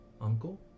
Uncle